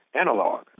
analog